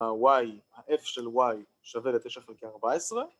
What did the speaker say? ה-y, ה-f של y שווה לתשע חלקי ארבע עשרה